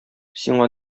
сиңа